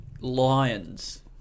lions